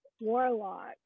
warlock